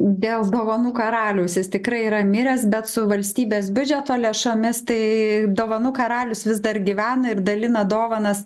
dėl dovanų karaliaus jis tikrai yra miręs bet su valstybės biudžeto lėšomis tai dovanų karalius vis dar gyvena ir dalina dovanas